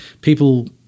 people